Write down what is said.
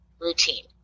routine